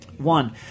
One